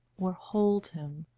or hold him,